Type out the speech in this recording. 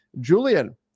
Julian